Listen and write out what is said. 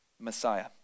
messiah